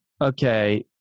okay